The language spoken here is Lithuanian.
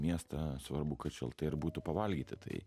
miestą svarbu kad šilta ir būtų pavalgyti tai